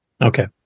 Okay